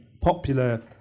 popular